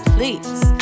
Please